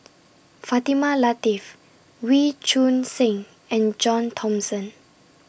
Fatimah Lateef Wee Choon Seng and John Thomson